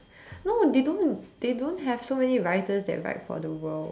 no they don't they don't have so many writers that write for the world